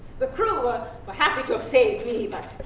the crew were but happy to have saved me but